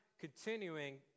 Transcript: continuing